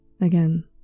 again